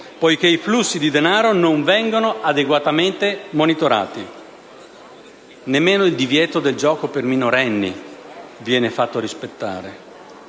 poiché i flussi di denaro non vengono adeguatamente monitorati. Nemmeno il divieto del gioco per minorenni viene fatto rispettare.